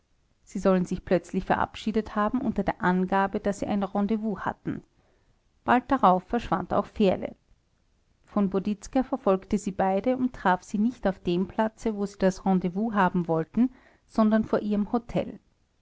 sie sollen sich plötzlich verabschiedet haben unter der angabe daß sie ein rendezvous hatten bald darauf verschwand auch fährle v boditzka verfolgte sie beide und traf sie nicht auf dem platze wo sie das rendezvous haben wollten sondern vor ihrem hotel